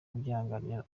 kubyihanganira